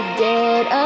dead